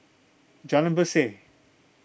Jalan Berseh